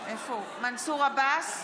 נגד אלכס קושניר,